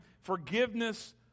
forgiveness